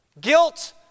Guilt